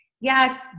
Yes